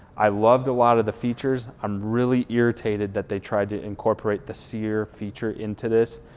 i loved a lot of the features, i'm really irritated that they tried to incorporate the sear feature into this.